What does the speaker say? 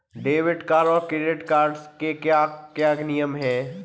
Debit card और credit card के क्या क्या नियम हैं?